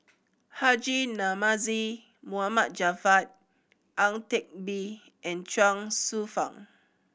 Haji Namazie Mohd Javad Ang Teck Bee and Chuang Hsueh Fang